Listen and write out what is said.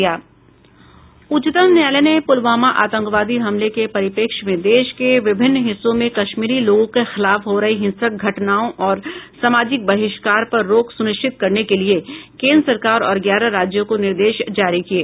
उच्चतम न्यायालय ने पुलवामा आतंकवादी हमले के परिप्रेक्ष्य में देश के विभिन्न हिस्सों में कश्मीरी लोगों के खिलाफ हो रही हिंसक घटनाओं और सामाजिक बहिष्कार पर रोक सुनिश्चित करने के लिए केंद्र सरकार और ग्यारह राज्यों को निर्देश जारी किये